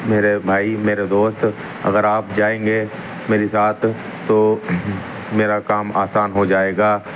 میرے بھائی میرے دوست اگر آپ جائیں گے میری ساتھ تو میرا کام آسان ہو جائے گا